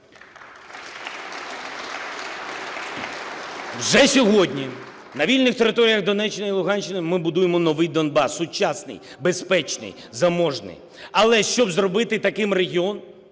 Вже сьогодні на вільних територіях Донеччини і Луганщини ми будуємо новий Донбас, сучасний, безпечний, заможний. Але, щоб зробити таким регіон,